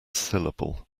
syllable